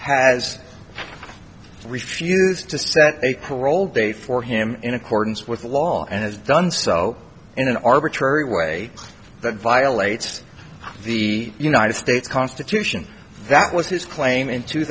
has refused to set a parole day for him in accordance with law and has done so in an arbitrary way that violates the united states constitution that was his claim in two